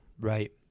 Right